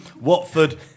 Watford